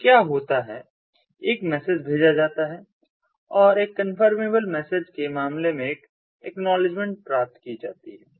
तो क्या होता है एक मैसेज भेजा जाता है और एक कंफर्मेबल मैसेज के मामले में एक एक्नॉलेजमेंट प्राप्त की जाती है